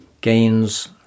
gains